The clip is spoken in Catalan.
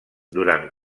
durant